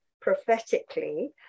prophetically